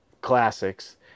classics